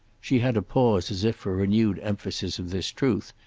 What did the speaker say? she had a pause as if for renewed emphasis of this truth,